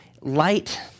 light